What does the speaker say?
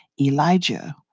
Elijah